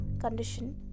condition